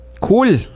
Cool